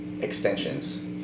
extensions